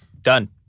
done